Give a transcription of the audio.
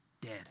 dead